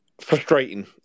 Frustrating